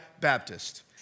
Baptist